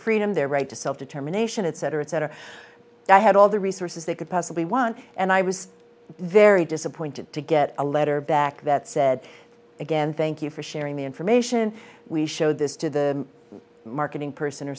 their right to self determination etc etc i had all the resources they could possibly want and i was very disappointed to get a letter back that said again thank you for sharing the information we showed this to the marketing person or